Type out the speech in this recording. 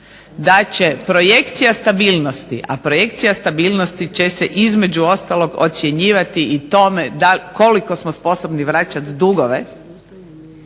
da će projekcija stabilnosti, a projekcija stabilnosti će se između ostalog ocjenjivati i tome koliko smo sposobni vraćati dugove